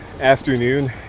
afternoon